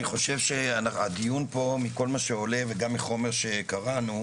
אני חושב שהדיון פה מכל מה שעולה וגם מחומר שקראנו,